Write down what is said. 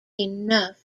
enough